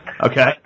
Okay